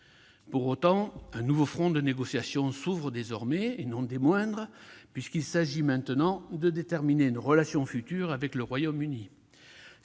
Pour autant, un nouveau front de négociations s'ouvre désormais, et il n'est pas des moindres, puisqu'il s'agit maintenant de déterminer nos relations futures avec le Royaume-Uni.